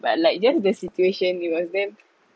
but like just the situation it was damn